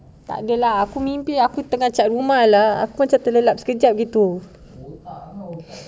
takde lah aku tengah cat rumah aku macam terlelap sekejap begitu